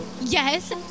Yes